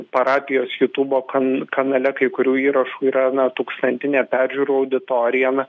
parapijos jutūbo kan kanale kai kurių įrašų yra na tūkstantinė peržiūrų auditorija na